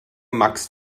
max